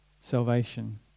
salvation